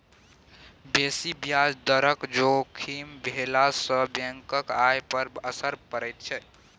बेसी ब्याज दरक जोखिम भेलासँ बैंकक आय पर असर पड़ैत छै